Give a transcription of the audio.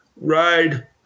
ride